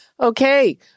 Okay